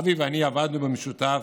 אבי ואני עבדנו במשותף,